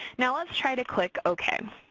now let's try to click ok.